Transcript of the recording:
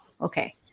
Okay